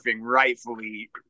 rightfully